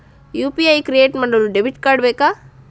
UPI create ಮಾಡಲು debit card ಬೇಕಾ?